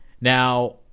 Now